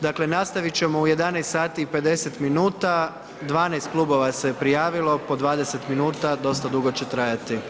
Dakle nastavit ćemo u 11 sati i 50 minuta, 12 klubova se prijavilo po 20 minuta, dosta dugo će trajati,